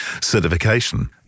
certification